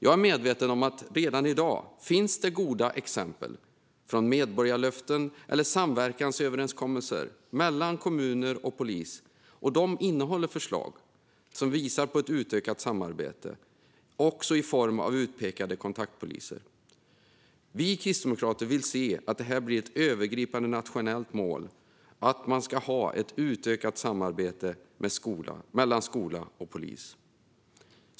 Jag är medveten om att det redan i dag finns goda exempel som medborgarlöften eller samverkansöverenskommelser mellan kommun och polis. De innehåller förslag som visar på ett utökat samarbete, också i form av utpekade kontaktpoliser. Vi kristdemokrater vill se att det blir ett övergripande nationellt mål att ha ett utökat samarbete mellan skola och polis.